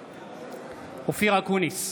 בהצבעה אופיר אקוניס,